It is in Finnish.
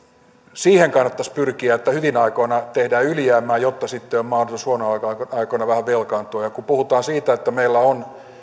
siihen kannattaisi pyrkiä että hyvinä aikoina tehdään ylijäämää jotta sitten on mahdollisuus huonoina aikoina aikoina vähän velkaantua ja kun puhutaan siitä että meillä on